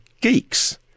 geeks